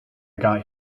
got